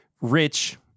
rich